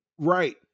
right